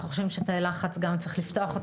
אנחנו חושבים שגם תאי לחץ צריך לפתוח,